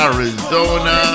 Arizona